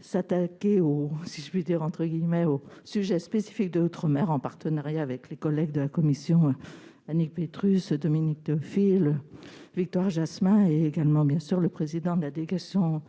s'attaquer » à ce sujet spécifique, en partenariat avec nos collègues de la commission Annick Petrus, Dominique Théophile, Victoire Jasmin et, bien entendu, le président de la délégation